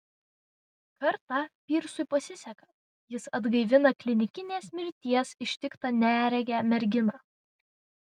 kartą pyrsui pasiseka jis atgaivina klinikinės mirties ištiktą neregę merginą